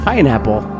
Pineapple